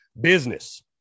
business